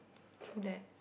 true that